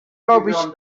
robić